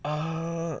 uh